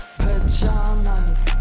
pajamas